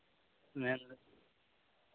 ᱢᱮᱱᱫᱟᱹᱧ